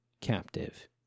captive